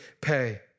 pay